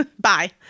bye